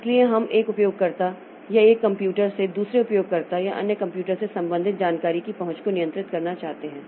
इसलिए हम एक उपयोगकर्ता या एक कंप्यूटर से दूसरे उपयोगकर्ता या अन्य कंप्यूटर से संबंधित जानकारी की पहुंच को नियंत्रित करना चाहते हैं